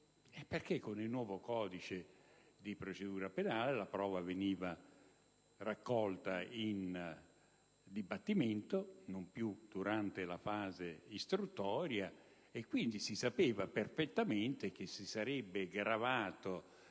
che con il nuovo codice di procedura penale la prova veniva raccolta in dibattimento e non più durante la fase istruttoria; quindi, si sapeva perfettamente che il sistema sarebbe stato